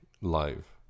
live